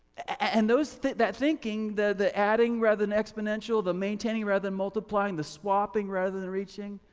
and those that thinking the adding rather than exponential, the maintaining rather than multiplying, the swapping rather than reaching,